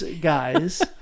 Guys